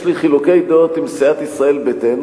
יש לי חילוקי דעות עם סיעת ישראל ביתנו,